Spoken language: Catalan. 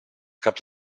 caps